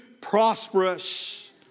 prosperous